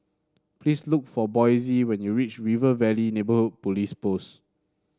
please look for Boysie when you reach River Valley Neighbourhood Police Post